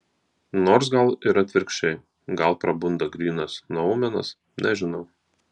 nors gal ir atvirkščiai gal prabunda grynas noumenas nežinau